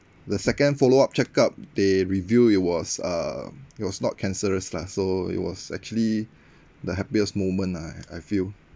the second follow-up check-up they reveal it was uh it was not cancerous lah so it was actually the happiest moment lah I feel